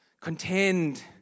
Contend